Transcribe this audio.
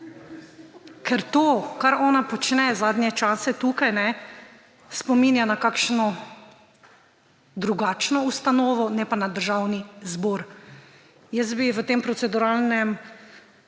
ker to, kar ona počne zadnje čase tukaj, spominja na kakšno drugačno ustanovo, ne pa na Državni zbor. Jaz bi ji v tem proceduralnem